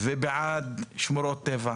ובעד שמורות טבע,